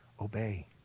Obey